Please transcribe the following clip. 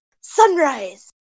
Sunrise